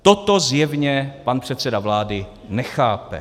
Toto zjevně pan předseda vlády nechápe.